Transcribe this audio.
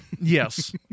Yes